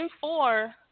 four